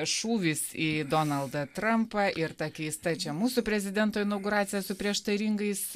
šūvis į donaldą trampą ir ta keista čia mūsų prezidento inauguracija su prieštaringais